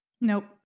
Nope